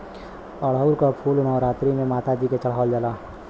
अढ़ऊल क फूल नवरात्री में माता जी के चढ़ावल जाला